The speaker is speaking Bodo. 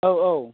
औ औ